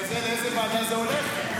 לאיזה ועדה זה עובר?